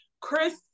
Chris